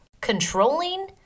controlling